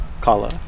Kala